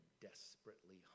desperately